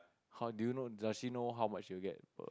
how do you know does she know how much she will get